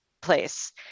place